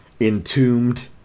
entombed